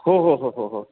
हो हो हो हो हो हो